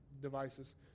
devices